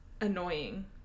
annoying